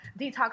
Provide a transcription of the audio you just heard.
detox